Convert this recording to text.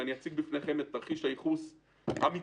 ואני אציג בפניכם את תרחיש הייחוס המצרפי